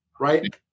right